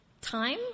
time